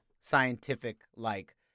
scientific-like